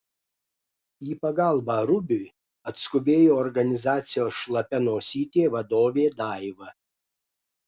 į pagalbą rubiui atskubėjo organizacijos šlapia nosytė vadovė daiva